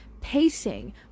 pacing